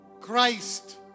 Christ